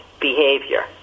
behavior